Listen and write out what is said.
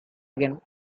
again